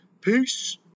Peace